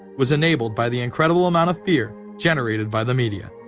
was enabled by the incredible amount of fear generated by the media,